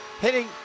hitting